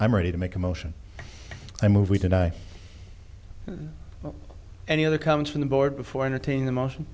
i'm ready to make a motion i move we can i any other comes from the board before entertain the motion